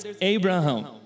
Abraham